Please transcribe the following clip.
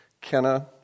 Kenna